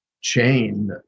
chain